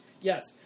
Yes